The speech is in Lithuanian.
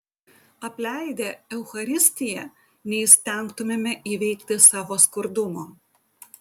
apleidę eucharistiją neįstengtumėme įveikti savo skurdumo